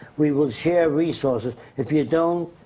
we will share resources, if you don't,